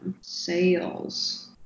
sales